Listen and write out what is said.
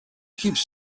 keeps